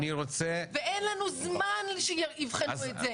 ואין לנו זמן שיבחנו את זה.